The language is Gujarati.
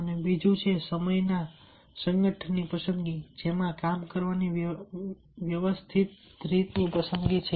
અને બીજું છે સમયના સંગઠનની પસંદગી જેમાં કામ કરવાની વ્યવસ્થિત રીતની પસંદગી છે